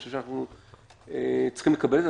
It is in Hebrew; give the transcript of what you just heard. אני חושב שאנחנו צריכים לקבל את זה.